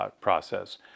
process